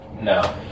No